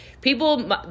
people